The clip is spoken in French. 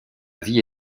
vie